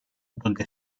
donde